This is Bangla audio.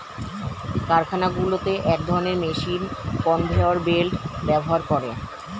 কারখানাগুলোতে এক ধরণের মেশিন কনভেয়র বেল্ট ব্যবহার করে